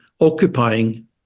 occupying